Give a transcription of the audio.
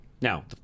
now